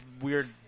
weird